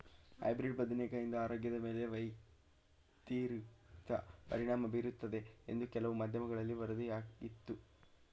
hybrid ಬದನೆಕಾಯಿಂದ ಆರೋಗ್ಯದ ಮೇಲೆ ವ್ಯತಿರಿಕ್ತ ಪರಿಣಾಮ ಬೀರುತ್ತದೆ ಎಂದು ಕೆಲವು ಮಾಧ್ಯಮಗಳಲ್ಲಿ ವರದಿಯಾಗಿತ್ತು